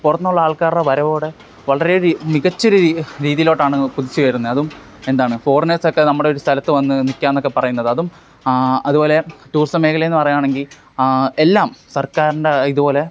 പുറത്ത് നിന്നുള്ള ആൾക്കാരുടെ വരവോടെ വളരെ മികച്ച ഒരു രീതിയിലോട്ടാണ് അത് കുതിച്ചുയരുന്നത് അതും എന്താണ് ഫോറീനേഴ്സൊക്കെ നമ്മുടെ ഒരു സ്ഥലത്ത് വന്ന് നിൽക്കുക എന്നൊക്കെ പറയുന്നത് അതും അത്പോലെ ടൂറിസം മേഖല എന്ന് പറയുകയാണെങ്കിൽ എല്ലാം സർക്കാരിൻ്റെ ഇതുപോലെ